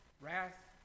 wrath